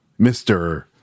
Mr